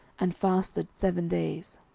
and fasted seven days.